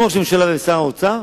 עם ראש הממשלה ועם שר האוצר,